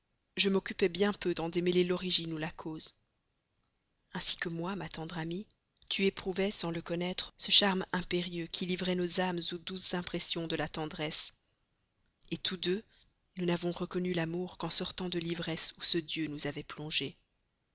je m'occupais bien peu d'en démêler l'origine ou la cause ainsi que moi ma tendre amie tu éprouvais sans le connaître ce charme impérieux qui livrait nos âmes aux douces impressions de la tendresse tous deux nous n'avons reconnu l'amour qu'en sortant de l'ivresse où ce dieu nous avait plongés